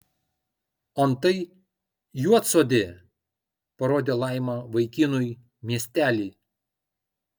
antai juodsodė parodė laima vaikinui miestelį